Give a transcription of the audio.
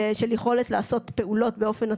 של יכולת לעשות פעולות באופן עצמאי,